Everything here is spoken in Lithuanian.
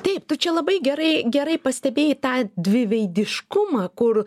taip tu čia labai gerai gerai pastebėjai tą dviveidiškumą kur